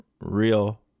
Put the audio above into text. real